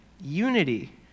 unity